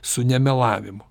su nemelavimu